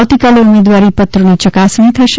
આવતીકાલે ઉમેદવારી પત્રોની ચકાસણી થશે